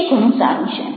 તે ઘણું સારું છે